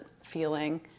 feeling